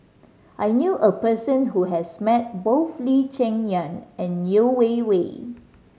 I knew a person who has met both Lee Cheng Yan and Yeo Wei Wei